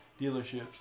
dealerships